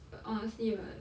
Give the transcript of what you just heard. but honestly right